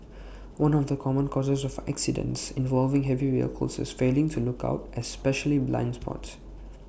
one of the common causes of accidents involving heavy vehicles is failing to look out especially blind spots